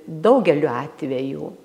daugeliu atvejų